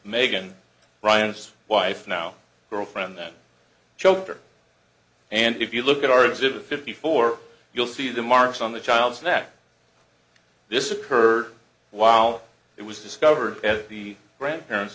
megan bryant's wife now girlfriend then choked her and if you look at our exhibit fifty four you'll see the marks on the child's neck this occurred while it was discovered at the grandparents